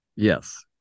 Yes